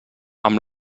amb